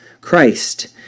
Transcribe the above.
Christ